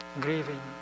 grieving